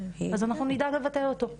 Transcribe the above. אז אנחנו נדאג לבטל אותו.